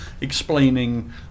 explaining